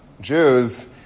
Jews